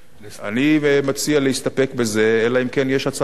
אני מציע להסתפק בזה, אלא אם כן יש הצעה אחרת.